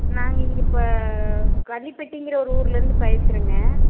நாங்கள் இங்கே இப்போ கள்ளிப்பெட்டிங்கிற ஒரு ஊருலேருந்து பேசுகிறேங்க